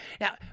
Now